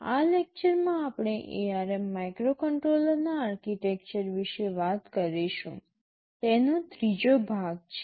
આ લેક્ચરમાં આપણે ARM માઇક્રોકન્ટ્રોલરના આર્કિટેક્ચર વિશે વાત કરીશું તેનો ત્રીજો ભાગ છે